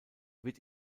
wird